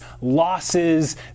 losses